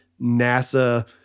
NASA